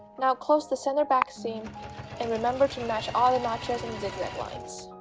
now close the center back seam and remember to match ah match ah zigzag lines